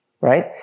Right